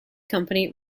company